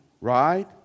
right